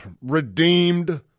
redeemed